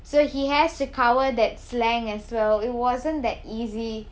so he has to cover that slang as well it wasn't that easy